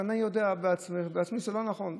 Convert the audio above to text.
ואני יודע בעצמי שלא נכון.